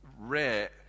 rare